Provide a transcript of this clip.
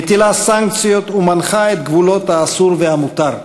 מטילה סנקציות ומנחה את גבולות האסור והמותר.